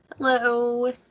hello